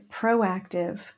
proactive